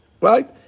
right